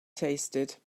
tasted